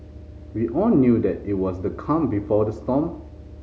we all knew that it was the calm before the storm